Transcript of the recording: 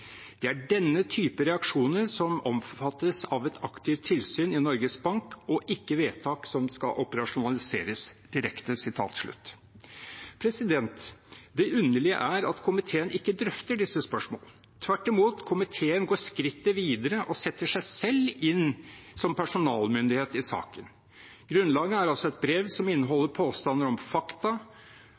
Det er denne type reaksjoner som omfattes av et aktivt tilsyn i Norges Bank, og ikke vedtak som skal operasjonaliseres direkte.» Det underlige er at komiteen ikke drøfter disse spørsmål. Tvert imot: Komiteen går skrittet videre og setter seg selv inn som personalmyndighet i saken. Grunnlaget er altså et brev som inneholder påstander om fakta